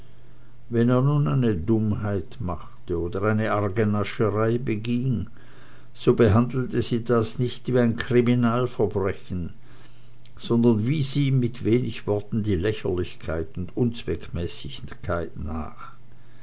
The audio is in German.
wenn er nun eine dummheit machte oder eine arge nascherei beging so behandelte sie das nicht wie ein kriminalverbrechen sondern wies ihm mit wenig worten die lächerlichkeit und unzweckmäßigkeit nach